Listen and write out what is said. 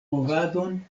movadon